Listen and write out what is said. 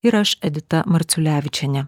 ir aš edita marciulevičienė